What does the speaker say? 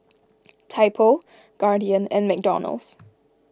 Typo Guardian and McDonald's